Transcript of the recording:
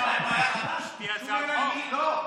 נו,